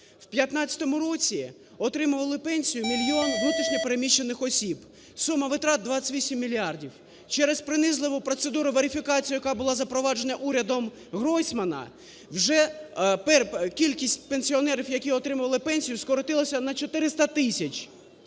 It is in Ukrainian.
в 2015 році отримували пенсію мільйон внутрішньо переміщених осіб, сума витрат – 28 мільярдів. Через принизливу процедуру верифікації, яка була запроваджена урядом Гройсмана, вже кількість пенсіонерів, які отримували пенсію, скоротилася на 400 тисяч.